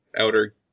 outer